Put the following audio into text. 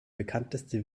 bekannteste